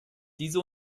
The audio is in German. diese